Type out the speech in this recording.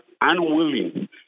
unwilling